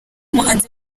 umuhanzi